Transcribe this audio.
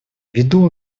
ввиду